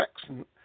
accent